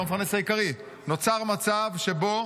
נוצר מצב שבו